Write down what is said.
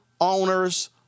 owners